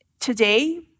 Today